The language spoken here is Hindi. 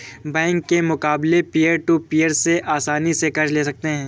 बैंक के मुकाबले पियर टू पियर से आसनी से कर्ज ले सकते है